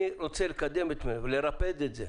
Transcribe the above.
אני רוצה לקדם את זה, לרפד את זה.